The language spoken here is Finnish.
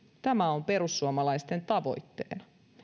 on perussuomalaisten tavoitteena